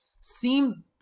seem